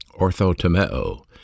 Orthotomeo